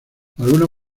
algunas